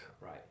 right